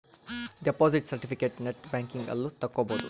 deposit ಸೆರ್ಟಿಫಿಕೇಟನ net banking ಅಲ್ಲು ತಕ್ಕೊಬೊದು